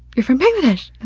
you're from bangladesh.